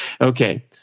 Okay